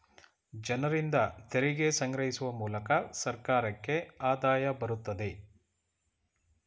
ಜನರಿಂದ ತೆರಿಗೆ ಸಂಗ್ರಹಿಸುವ ಮೂಲಕ ಸರ್ಕಾರಕ್ಕೆ ಆದಾಯ ಬರುತ್ತದೆ